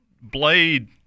blade